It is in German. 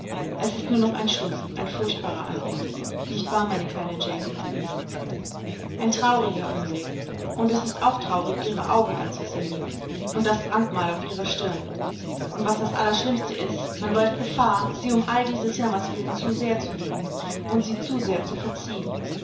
es ist nur noch ein stumpf ein furchtbarer anblick nicht wahr meine kleine jane ein trauriger anblick und es ist auch traurig ihre augen anzusehen und das brandmal auf ihrer stirn und was das allerschlimmste ist man läuft gefahr sie um all dieses jammers willen zu sehr zu lieben und sie zu sehr zu verziehen